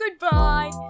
goodbye